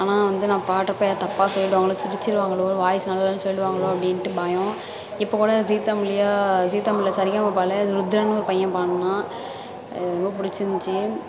ஆனால் வந்து நான் பாடுறப்ப ஏதா தப்பாக சொல்லிடுவாங்களோ சிரிச்சுருவாங்களோ வாய்ஸ் நல்லா இல்லேனு சொல்லிடுவாங்களோ அப்படின்ட்டு பயம் இப்போகூட ஜீ தமிழ்லயோ ஜீ தமிழில் சரிகமாபாவில் ருத்ரனு ஒரு பையன் பாடினான் ரொம்ப பிடிச்சிருந்திச்சி